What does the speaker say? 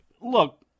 Look